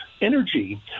energy